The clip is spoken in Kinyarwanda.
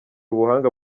ubuhanga